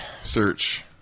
search